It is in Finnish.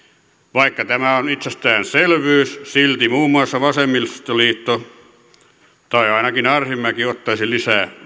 vaikka tämä on itsestäänselvyys silti muun muassa vasemmistoliitto tai ainakin arhinmäki ottaisi lisää